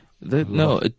no